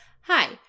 Hi